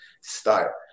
start